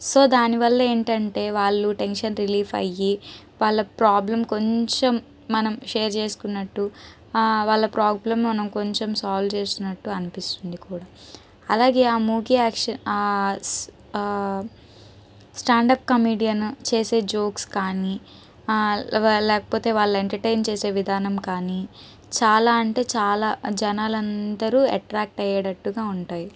so దానివల్ల ఏంటంటే వాళ్ళు టెన్షన్ రిలీఫ్ అయ్యి వాళ్ళ ప్రాబ్లం కొంచెం మనం షేర్ చేసుకున్నట్టు వాళ్ళ ప్రాబ్లం మనం కొంచెం సాల్వ్ చేసినట్టు అనిపిస్తుంది కూడా అలాగే ఆ మూకీ యాక్షన్ స్టాండర్డ్ కమెడియన్ చేసే జోక్స్ కానీ లేవ లేకపోతే వాళ్ళ ఎంటర్టైన్ చేసే విధానం కానీ చాలా అంటే చాలా జనాలు అందరూ ఎట్రాక్ట్ అయ్యేటట్టుగా ఉంటాయి